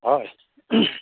হয়